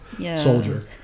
soldier